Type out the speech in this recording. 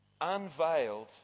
unveiled